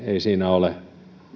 ei siinä ole